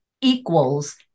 equals